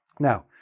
now,